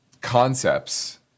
concepts